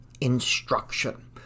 instruction